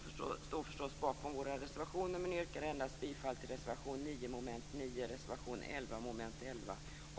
Jag står förstås bakom våra reservationer men yrkar bifall endast till reservation 9